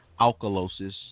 alkalosis